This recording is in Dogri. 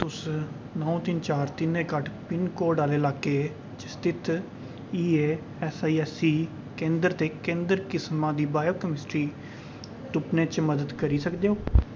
क्या तुस नौ तिन चार तिन इक अट्ठ पिनकोड आह्ले लाके च स्थित ईएऐस्सआईऐस्ससी केंद्र ते केंद्र किस्मा दी बायोकमिस्ट्री तुप्पने च मदद करी सकदे ओ